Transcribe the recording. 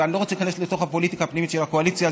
ואני לא רוצה להיכנס לתוך הפוליטיקה הפנימית של הקואליציה,